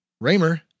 Raymer